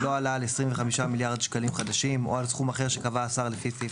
לא עלה על 25 מיליארד שקלים חדשים או על סכום אחר שקבע השר לפי סעיף